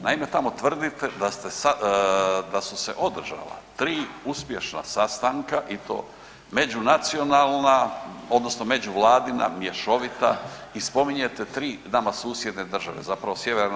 Naime, tamo tvrdite da su se održala tri uspješna sastanka i to međunacionalna odnosno međuvladina, mješovita i spominjete tri nama susjedne države, zapravo Sj.